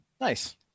nice